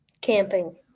Camping